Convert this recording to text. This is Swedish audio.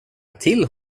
till